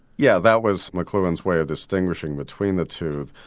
yeah that was mcluhan's way of distinguishing between the two.